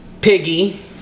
piggy